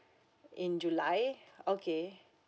in july okay